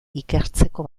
ikertzeko